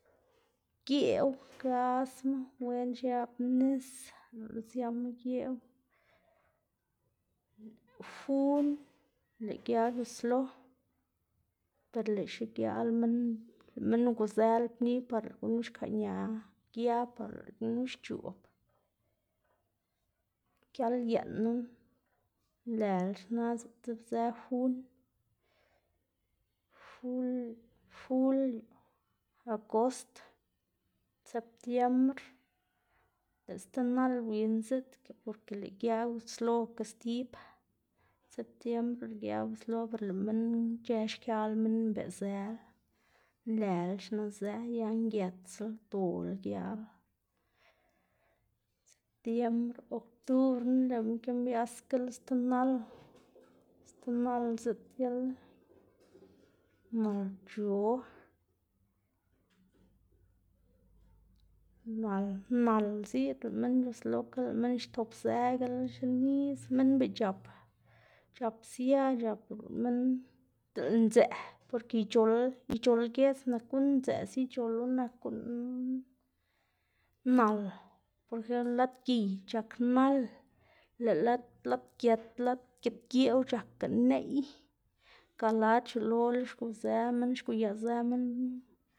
gidgeꞌw gasma wen xiab nis, dele siama geꞌw, jun lëꞌ gia c̲h̲uslo per lëꞌ xigi al minn lëꞌ minn uguzëla pni par lëꞌ gunu xkaꞌña gia par lëꞌ gunu xc̲h̲oꞌb, giaꞌlyeꞌnna nlela xna ziꞌd- dzibzë jun, jul jul, agost, septiembre lëꞌ sti nal wen ziꞌdga porke lëꞌ gia guslokga stib, septiembre lëꞌ gia guslo per lëꞌ minn ic̲h̲ë xkial minn mbeꞌzëla, nlela xnazë ya ngëtsla, dola gial, septiembr, oktubrna lëꞌma kimbiaꞌsgala sti nal, sti nal ziꞌdgala nalc̲h̲o, nal nal ziꞌd lëꞌ minn c̲h̲uslokala lëꞌ minn xtopzëgala xenis, minn beꞌ c̲h̲ap c̲h̲ap sia c̲h̲ap lëꞌ minn diꞌl ndzëꞌ, porke ic̲h̲ol ic̲h̲ol giedz nak guꞌn ndzëꞌ siyc̲h̲olo nak guꞌn nal por ejemplo lad giy c̲h̲ak nal lëꞌ lad lad gët lad gidgeꞌw c̲h̲akga neꞌy galad xielola xguzë minn xguyaꞌzë minn.